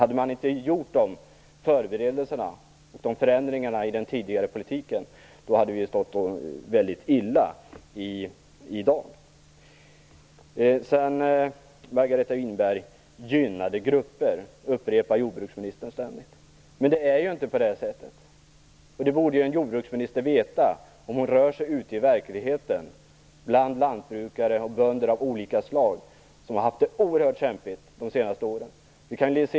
Hade man inte gjort förberedelser och förändringar i politiken hade vi inte haft en särskilt bra situation i dag. Jordbruksministern upprepar ständigt "gynnade grupper". Men det är inte så, och det borde en jordbruksminister veta om hon rör sig ute i verkligheten bland lantbrukare och bönder av olika slag som har haft det oerhört kämpigt de senaste åren.